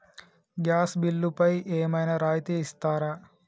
Gas బిల్లుపై ఏమైనా రాయితీ ఇస్తారా?